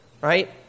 right